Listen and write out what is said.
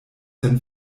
sen